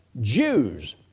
Jews